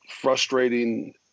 frustrating